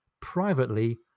privately